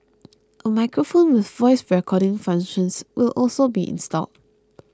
a microphone with voice recording functions will also be installed